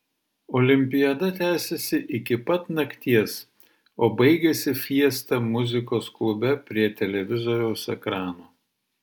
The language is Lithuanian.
olimpiada tęsėsi iki pat nakties o baigėsi fiesta muzikos klube prie televizoriaus ekrano